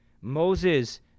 Moses